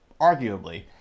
arguably